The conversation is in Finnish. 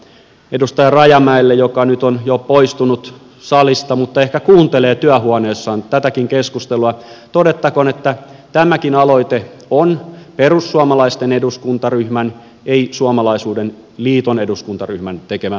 edustaja rajamäelle joka nyt on jo poistunut salista mutta ehkä kuuntelee työhuoneessaan tätäkin keskustelua todettakoon että tämäkin aloite on perussuomalaisten eduskuntaryhmän ei suomalaisuuden liiton eduskuntaryhmän tekemä aloite